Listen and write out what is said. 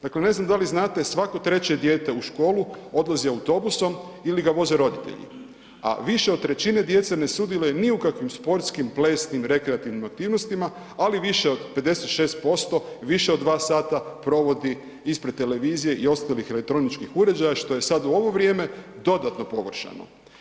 Dakle, ne znam da li znate svako treće dijete u školu odlazi autobusom ili ga voze roditelji, a više od trećine djece ne sudjeluje ni u kakvim sportskim, plesnim, rekreativnim aktivnostima, ali više od 56% više od 2 sata provodi ispred televizije i ostalih elektroničkih uređaja što je sada u ovo vrijeme dodatno pogoršano.